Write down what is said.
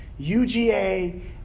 UGA